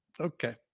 Okay